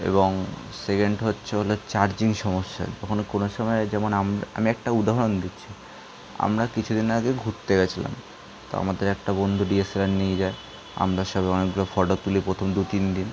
এবং সেকেণ্ড হচ্ছে হলো চার্জিং সমস্যা ওখানে কোনও সময় যেমন আম আমি একটা উদাহরণ দিচ্ছি আমরা কিছুদিন আগে ঘুরতে গেছিলাম তো আমাদের একটা বন্ধু ডিএসএলআর নিয়ে যায় আমরা সবাই অনেকগুলো ফটো তুলি প্রথম দু তিন দিন